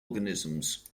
organisms